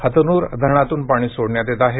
हतनूर धरणातून पाणी सोडण्यात येत आहे